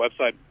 website